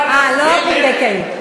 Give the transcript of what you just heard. אה, לא הפונדקאית.